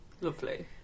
Lovely